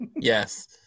Yes